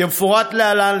כמפורט להלן.